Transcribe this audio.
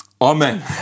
Amen